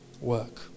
work